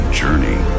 journey